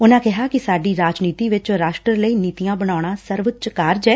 ਉਨੂੰ ਕਿਹਾ ਕਿ ਸਾਡੀ ਰਾਜਨੀਤੀ ਵਿਚ ਰਾਸ਼ਟਰ ਲਈ ਨੀਤੀਆਂ ਬਣਾਉਣਾ ਸਰਵਉੱਚ ਕਾਰਜ ਐ